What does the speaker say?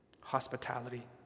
hospitality